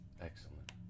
Excellent